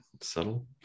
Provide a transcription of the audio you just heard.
subtle